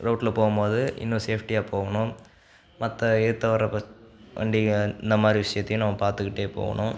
ரோட்டில் போகும் போது இன்னும் சேஃப்டியாக போகணும் மற்ற எதுர்த்த வர வண்டிகள் இந்த மாதிரி விஷயத்தையும் நம்ம பார்த்துக்கிட்டே போகணும்